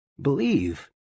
Believe